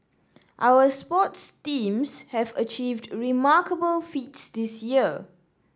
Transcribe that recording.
our sports teams have achieved remarkable feats this year